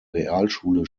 realschule